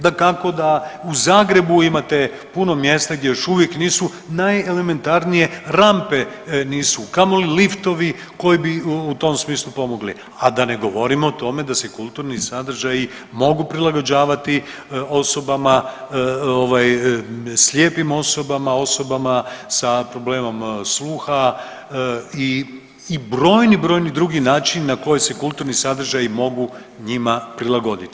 Dakako da u Zagrebu imate puno mjesta gdje još uvijek nisu najelementarnije rampe nisu kamoli liftovi koji bi u tom smislu pomogli, a da ne govorimo o tome da se kulturni sadržaji mogu prilagođavati osobama, slijepim osobama, osobama sa problemom sluha i brojni, brojni drugi načini na koji se kulturni sadržaji mogu njima prilagoditi.